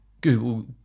google